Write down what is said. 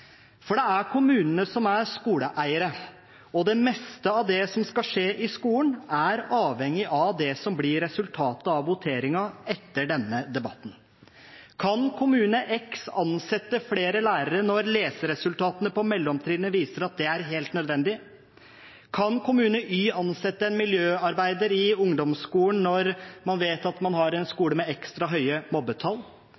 for det er kommunene som er skoleeiere, og det meste av det som skal skje i skolen, er avhengig av det som blir resultatet av voteringen etter denne debatten. Kan kommune x ansette flere lærere når leseresultatene på mellomtrinnet viser at det er helt nødvendig? Kan kommune y ansette en miljøarbeider i ungdomsskolen når man vet at man har en